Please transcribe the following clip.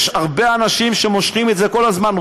יש הרבה אנשים שמושכים את זה כל הזמן,